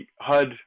HUD